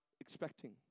expecting